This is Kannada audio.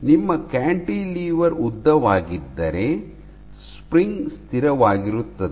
ನಿಮ್ಮ ಕ್ಯಾಂಟಿಲಿವರ್ ಉದ್ದವಾಗಿದ್ದರೆ ಸ್ಪ್ರಿಂಗ್ ಸ್ಥಿರವಾಗಿರುತ್ತದೆ